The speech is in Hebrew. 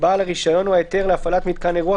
בעל הרישיון או ההיתר להפעלת מיתקן אירוח